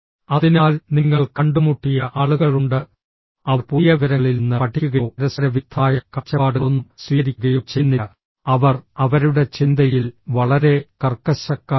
അതിനാൽ നിങ്ങൾ കണ്ടുമുട്ടിയ ആളുകളുണ്ട് അവർ പുതിയ വിവരങ്ങളിൽ നിന്ന് പഠിക്കുകയോ പരസ്പരവിരുദ്ധമായ കാഴ്ചപ്പാടുകളൊന്നും സ്വീകരിക്കുകയോ ചെയ്യുന്നില്ല അവർ അവരുടെ ചിന്തയിൽ വളരെ കർക്കശക്കാരാണ്